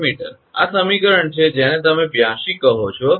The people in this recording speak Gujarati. આ સમીકરણ છે જેને તમે 82 કહો છો